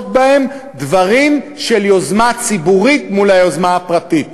בהם דברים של יוזמה ציבורית מול היוזמה הפרטית.